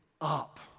up